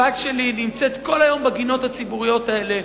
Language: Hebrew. הבת שלי נמצאת כל היום בגינות הציבוריות האלה,